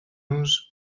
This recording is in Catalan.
nos